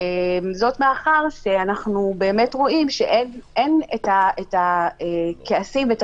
זאת מאחר שאנחנו רואים שאין את הכעסים ואת